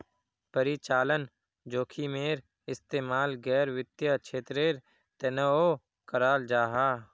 परिचालन जोखिमेर इस्तेमाल गैर वित्तिय क्षेत्रेर तनेओ कराल जाहा